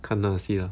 看那戏啊